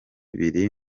biri